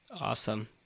Awesome